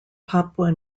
papua